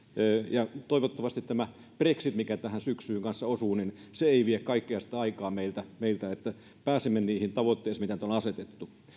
ja toivottavasti brexit mikä tähän syksyyn kanssa osuu ei vie kaikkea aikaa meiltä meiltä että pääsemme niihin tavoitteisiin mitä nyt on asetettu